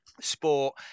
sport